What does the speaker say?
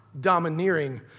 domineering